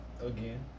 again